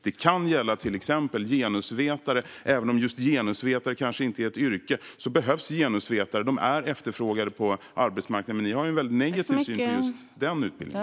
Det kan till exempel gälla genusvetare. Även om genusvetare kanske inte är ett yrke behövs genusvetare. De är efterfrågade på arbetsmarknaden. Men ni har en väldigt negativ syn på just den utbildningen.